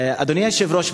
אדוני היושב-ראש,